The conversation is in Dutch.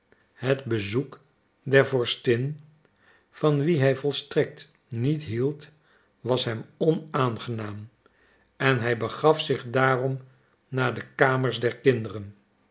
het bezoek der vorstin van wie hij volstrekt niet hield was hem onaangenaam en hij begaf zich daarom naar de kamers der kinderen